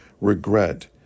regret